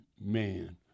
man